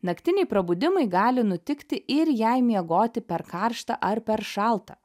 naktiniai prabudimai gali nutikti ir jei miegoti per karšta ar per šalta